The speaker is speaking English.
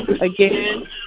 Again